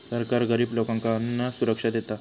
सरकार गरिब लोकांका अन्नसुरक्षा देता